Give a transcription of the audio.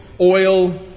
oil